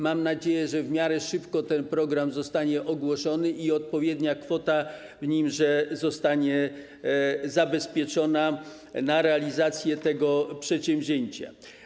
Mam nadzieję, że w miarę szybko ten program zostanie ogłoszony i odpowiednia kwota w nim zostanie zabezpieczona na realizację tego przedsięwzięcia.